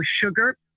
sugar